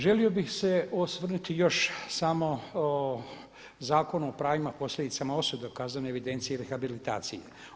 Želio bih se osvrnuti još samo o Zakonu o pravnim posljedicama osude kaznenoj evidenciji i rehabilitaciji.